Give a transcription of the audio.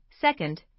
Second